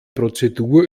prozedur